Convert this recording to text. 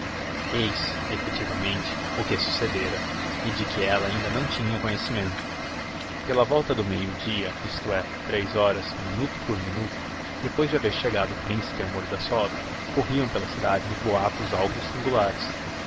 eis effectivamente o que succedera e de que ella ainda não tinha conhecimento pela volta do meio dia isto é tres horas minuto por minuto depois de haver chegado o principe a mordassov corriam pela cidade uns boatos algo singulares